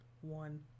One